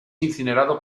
incinerado